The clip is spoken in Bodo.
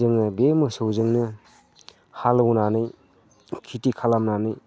जोङो बे मोसौजोंनो हालेवनानै खेथि खालामनानै